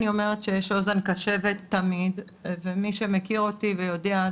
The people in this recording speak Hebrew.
אני אומרת שיש אוזן קשבת תמיד ומי שמכיר אותי ויודע,